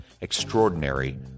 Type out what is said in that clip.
Extraordinary